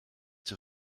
die